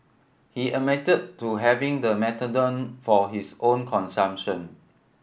he admitted to having the methadone for his own consumption